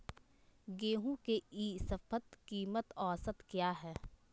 गेंहू के ई शपथ कीमत औसत क्या है?